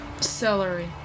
Celery